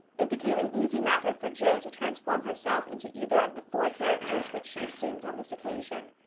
it became an easy matter for jo to transform herself into either of the four characters which she assumed on this occasion.